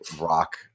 rock